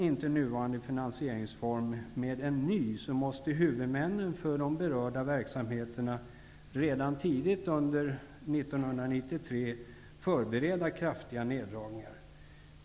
Om nuvarande finansieringsform inte ersätts med en ny, måste huvudmännen för de berörda verksamheterna redan tidigt under 1993 förbereda kraftiga neddragningar.